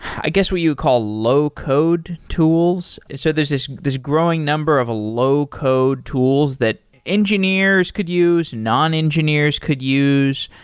i guess what you'd call low-code tools. so there's this this growing number of a low-code tools that engineers could use, non engineers could use.